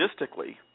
logistically